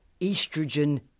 estrogen